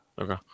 Okay